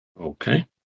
Okay